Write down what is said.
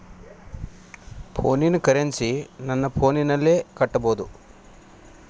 ಫೋನಿನ ಕರೆನ್ಸಿ ನನ್ನ ಫೋನಿನಲ್ಲೇ ಕಟ್ಟಬಹುದು?